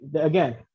again